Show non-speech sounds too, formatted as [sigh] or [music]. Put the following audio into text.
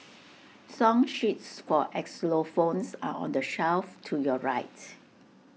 [noise] song sheets for xylophones are on the shelf to your right